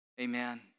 Amen